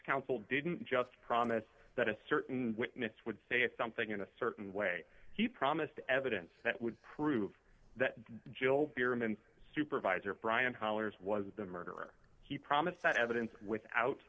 counsel didn't just promise that a certain witness would say something in a certain way he promised evidence that would prove that jill thirimanne supervisor brian hollers was the murderer he promised that evidence without